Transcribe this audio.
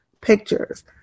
pictures